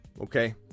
okay